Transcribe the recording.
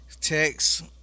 text